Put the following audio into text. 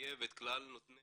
שמחייב את כלל נותני